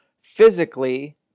physically